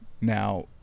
Now –